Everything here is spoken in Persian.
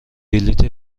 بلیط